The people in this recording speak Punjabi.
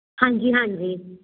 ਹਾਂਜੀ ਹਾਂਜੀ